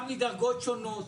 מדרגות שונות.